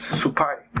supai